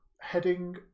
heading